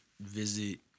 visit